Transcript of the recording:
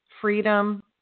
freedom